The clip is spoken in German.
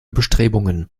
bestrebungen